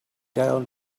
down